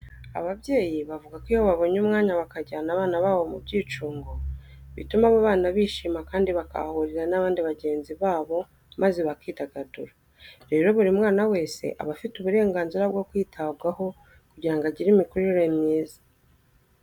Ababyeyi bavuga ko iyo babonye umwanya bakajyana abana babo mu byicungo bituma abo bana bishima kandi bakahahurira n'abandi bagenzi babo maze bakidagadura. Rero buri mwana wese aba afite uburenganzira bwo kwitabwaho kugira ngo agire imikurire myiza.